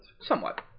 Somewhat